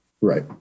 Right